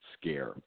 scare